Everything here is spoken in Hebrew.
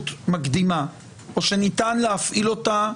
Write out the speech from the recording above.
הכול בסדר.